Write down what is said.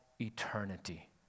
eternity